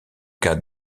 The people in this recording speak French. cas